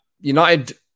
United